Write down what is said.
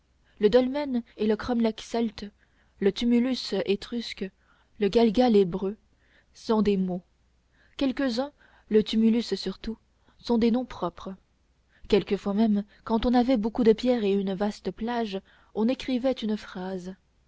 le dolmen et le cromlech celtes le tumulus étrusque le galgal hébreu sont des mots quelques-uns le tumulus surtout sont des noms propres quelquefois même quand on avait beaucoup de pierre et une vaste plage on écrivait une phrase